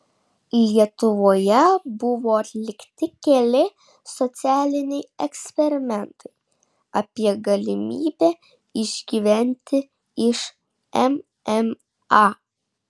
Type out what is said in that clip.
lietuvoje buvo atlikti keli socialiniai eksperimentai apie galimybę išgyventi iš mma